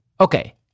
Okay